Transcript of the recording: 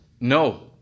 No